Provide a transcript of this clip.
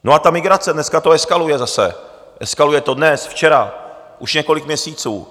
A ta migrace, dneska to eskaluje zase, eskaluje to dnes, včera, už několik měsíců.